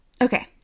Okay